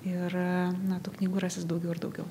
ir na tų knygų rasis daugiau ir daugiau